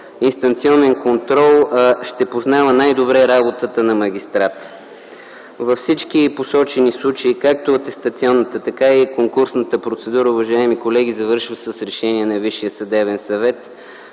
дистанционен контрол ще познава най-добре работата на магистратите. Във всички посочени случаи както атестационната, така и конкурсната процедура, уважаеми колеги, завършва с решение на Висшия съдебен съвет,